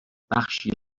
بخشی